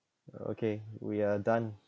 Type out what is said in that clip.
okay we are done